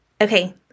Okay